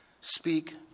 Speak